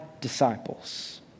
disciples